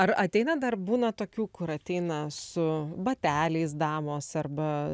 ar ateina dar būna tokių kur ateina su bateliais damos arba